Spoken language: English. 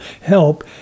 help